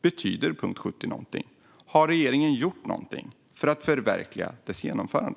Betyder punkt 70 någonting? Har regeringen gjort något för att förverkliga dess genomförande?